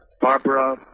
Barbara